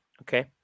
okay